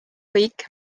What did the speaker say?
kõik